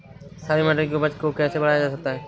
हरी मटर की उपज को कैसे बढ़ाया जा सकता है?